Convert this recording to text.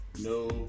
no